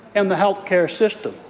and the health care system.